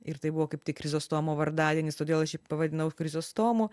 ir tai buvo kaip tik krizostomo vardadienis todėl aš jį pavadinau krizostomu